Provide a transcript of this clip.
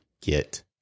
get